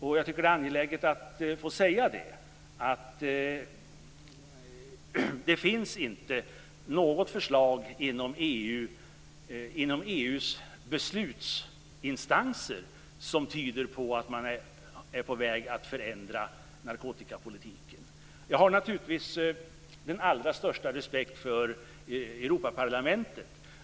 Jag tycker att det är angeläget att få säga att det inte finns något förslag inom EU:s beslutsinstanser som tyder på att man är på väg att förändra narkotikapolitiken. Jag har naturligtvis den allra största respekt för Europaparlamentet.